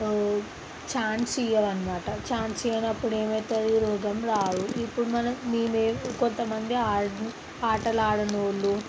chance ఇయ్యవన్నమాట chance ఇయ్యనప్పుడు ఏమైతుంది రోగం రాదు ఇప్పుడు మనం నేనేం కొంతమంది ఆడ్ ఆటలు ఆడని వాళ్ళు